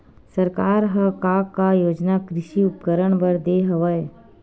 सरकार ह का का योजना कृषि उपकरण बर दे हवय?